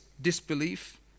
disbelief